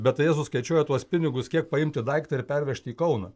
bet tai jie suskaičiuoja tuos pinigus kiek paimti daiktą ir pervežti į kauną